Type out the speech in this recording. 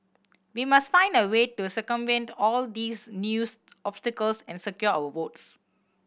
we must find a way to circumvent all these news obstacles and secure our votes